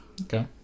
okay